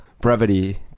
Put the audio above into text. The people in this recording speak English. brevity